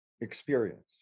experience